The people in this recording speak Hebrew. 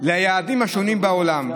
ליעדים השונים בעולם,